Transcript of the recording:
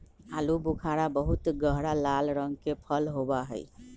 आलू बुखारा बहुत गहरा लाल रंग के फल होबा हई